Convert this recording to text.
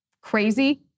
crazy